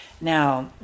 Now